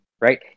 right